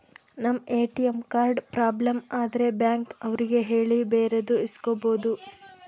ನಮ್ ATM card problem ಆದ್ರೆ bank ಅವ್ರಿಗೆ ಹೇಳಿ ಬೇರೆದು ಇಸ್ಕೊಬೋದು